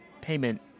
payment